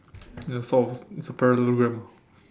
ya sort of it's a parallelogram ah